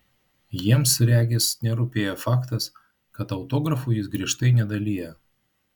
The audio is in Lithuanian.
jiems regis nerūpėjo faktas kad autografų jis griežtai nedalija